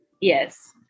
yes